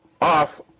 off